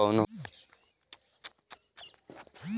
कौन्हू बैंक के खाता संख्या से पैसा भेजा जाई न?